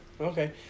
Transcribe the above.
Okay